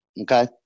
Okay